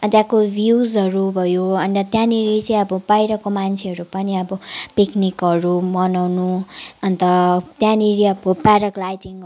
त्यहाँको भ्युजहरू भयो अन्त त्यहाँनिर चाहिँ अब बाहिरको मान्छेहरू पनि अब पिक्निकहरू मनाउनु अन्त त्यहाँनिर अब प्याराग्लाइडिङहरू